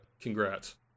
Congrats